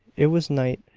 it was night,